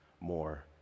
more